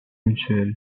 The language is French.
mutuelle